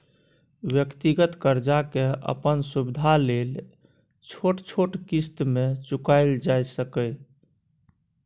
व्यक्तिगत कर्जा के अपन सुविधा लेल छोट छोट क़िस्त में चुकायल जाइ सकेए